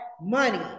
money